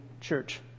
church